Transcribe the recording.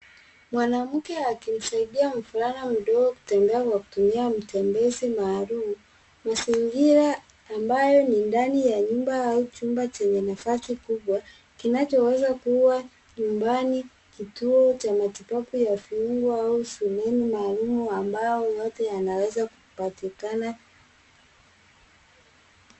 Mwanamke akimsaidia mvulana mdogo kutembea kwa kutumia matembezi maalum. Mazingira ambayo ni ndani ya nyumba au chumba chenye nafasi kubwa kinacho weza kuwa nyumbani, kituo cha matibabu ya viungo au shuleni maalum ambayo yote yanaweza kupatikana.